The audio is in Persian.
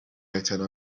اعتنا